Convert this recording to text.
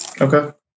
okay